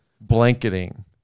blanketing